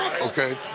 Okay